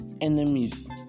enemies